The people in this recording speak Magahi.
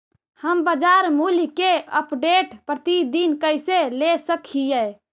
हम बाजार मूल्य के अपडेट, प्रतिदिन कैसे ले सक हिय?